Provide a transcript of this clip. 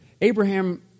Abraham